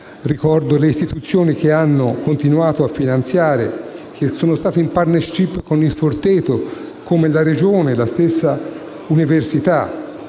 Ricordo le istituzioni che hanno continuato a finanziare la comunità e sono state in *partnership* con Il Forteto: la Regione e la stessa università,